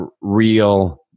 real